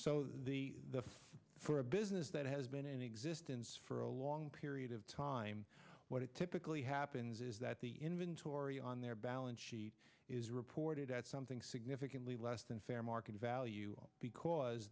ago for a business that has been in existence for a long period of time what it typically happens is that the inventory on their balance sheet is reported as something significantly less than fair market value because